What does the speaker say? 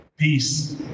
Peace